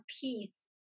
peace